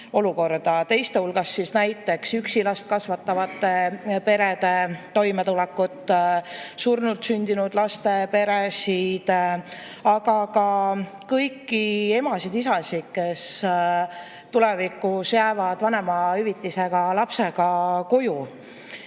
teiste hulgas näiteks üksi last kasvatavate perede toimetulekut, surnult sündinud laste peresid, aga ka kõiki emasid-isasid, kes tulevikus saavad vanemahüvitist ja jäävad lapsega koju.